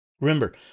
Remember